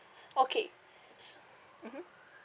okay s~ mmhmm